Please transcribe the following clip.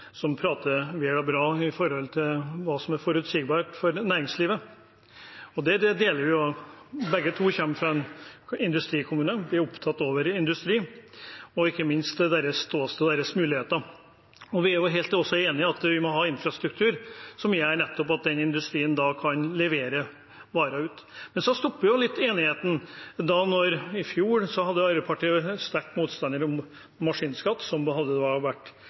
som prater vel og bra om hva som er forutsigbart for næringslivet. Det deler vi. Begge to kommer fra en industrikommune og er opptatt av industri, ikke minst dens muligheter. Vi er enige om at vi må ha infrastruktur som gjør at industrien kan levere varer ut. Men så stopper enigheten. I fjor var Arbeiderpartiet sterkt motstander av maskinskatten, som var veldig bra for industrien, og ikke minst for nettopp den forutsigbarheten som representanten Aasland har talt vel og godt for i dag. Men jeg blir forundret når vi snakker om